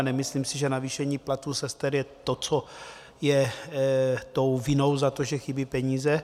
Nemyslím si, že navýšení platů sester je to, co je tou vinou za to, že chybí peníze.